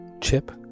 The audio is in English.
Chip